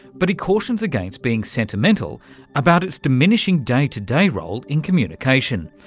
but he cautions against being sentimental about its diminishing day-to-day role in communication,